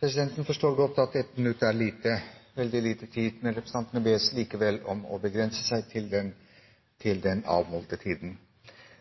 Presidenten forstår godt at 1 minutt er kort tid. Representantene bes likevel om å holde seg innenfor den